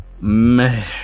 Man